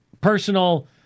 personal